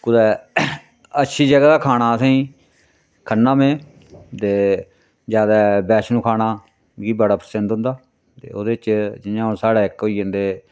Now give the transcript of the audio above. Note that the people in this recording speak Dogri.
कुतै अच्छी जगह् दा खाना असेंगी खन्ना में ते ज्यादा बैश्णो खाना मिगी बड़ा पसंद औंदा ते ओह्दे च जियां हून साढ़ै इक होई जंदे